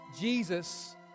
Jesus